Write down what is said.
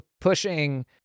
pushing